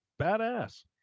Badass